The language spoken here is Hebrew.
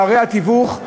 פערי התיווך,